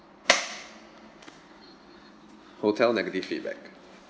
hotel negative feedback